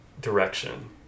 direction